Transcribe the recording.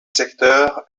secteur